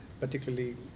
particularly